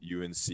UNC